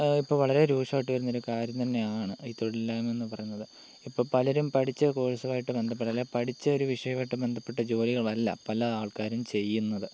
ഇപ്പോൾ വളരെ രൂഷമായിട്ട് വരുന്ന ഒരു കാര്യം തന്നെയാണ് തൊഴിൽ ഇല്ലായ്മ എന്ന് പറയുന്നത് ഇപ്പോൾ പലരും പഠിച്ച കോഴ്സായിട്ട് ബന്ധപ്പെട്ട് അല്ല പഠിച്ച് ഒരു വിഷയമായി ബന്ധപ്പെട്ട ജോലികളുമല്ല പല ആൾക്കാരും ചെയ്യുന്നത്